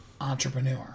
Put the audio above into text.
entrepreneur